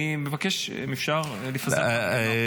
אני מבקש, אם אפשר, לפזר את ההפגנה.